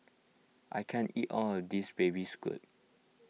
I can't eat all of this Baby Squid